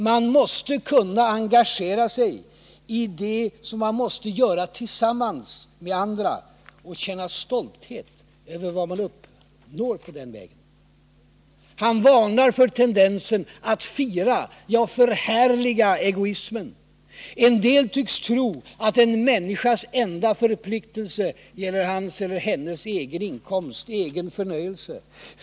Man måste kunna engagera sig i det som man måste göra tillsammans med andra och känna stolthet över vad man uppnår den vägen. Galbraith varnar för tendensen att fira, ja, förhärliga egoismen. Somliga tycks tro att en människas enda förpliktelse gäller hans eller hennes egen inkomst, egen förnöjelse.